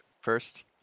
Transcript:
first